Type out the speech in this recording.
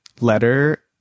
letter